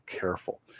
careful